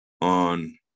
on